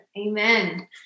Amen